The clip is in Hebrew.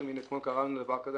הנה, אתמול קרה מקרה כזה.